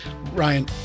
Ryan